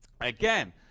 Again